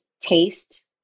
taste